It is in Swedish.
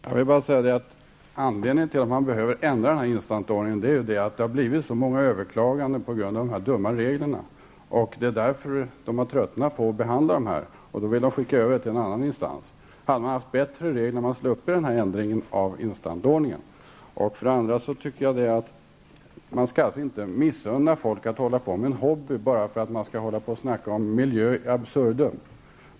Herr talman! Jag vill bara säga att anledningen till att man behöver ändra denna instansordning är att det har blivit så många överklaganden på grund av dessa dumma regler. Det är därför som regeringen har tröttnat på att behandla dessa överklaganden och i stället vill skicka över dem till en annan instans. Om det hade funnits bättre regler hade man sluppit denna ändring av instansordningn. Dessutom anser jag att man inte skall missunna folk att hålla på med en hobby bara för att man skall tala om miljön in absurdum.